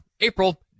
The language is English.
April